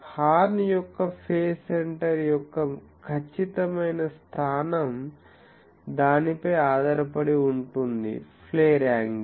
horn యొక్క phase centre యొక్క ఖచ్చితమైన స్థానం దానిపై ఆధారపడి ఉంటుంది ప్లేర్ యాంగిల్